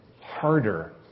harder